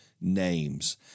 names